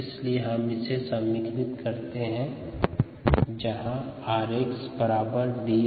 इसलिए यदि हम इसे समीकृत करते हैं जहाँ 𝑟𝑥 dxdt है